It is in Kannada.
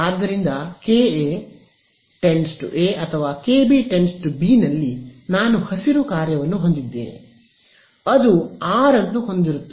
ಆದ್ದರಿಂದ KA → A ಅಥವಾ KB → B ನಲ್ಲಿ ನಾನು ಹಸಿರು ಕಾರ್ಯವನ್ನು ಹೊಂದಿದ್ದೇನೆ ಅದು R ಅನ್ನು ಹೊಂದಿರುತ್ತದೆ